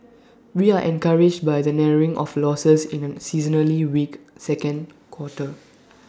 we are encouraged by the narrowing of losses in A seasonally weak second quarter